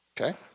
Okay